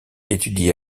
étudie